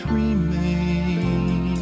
remain